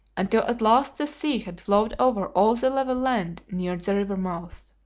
until at last the sea had flowed over all the level land near the river mouth.